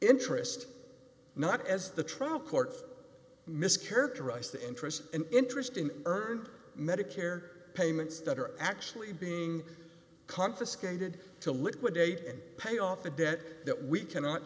interest not as the trial court mis characterized the interest and interest in earned medicare payments that are actually being confiscated to liquidate and pay off a debt that we cannot